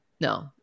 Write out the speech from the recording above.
No